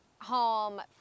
home